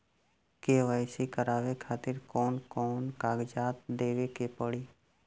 KYC करवावे खातिर कौन कौन कागजात देवे के पड़ी?